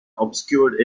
obscured